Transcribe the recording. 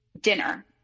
dinner